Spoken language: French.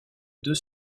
deux